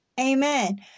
amen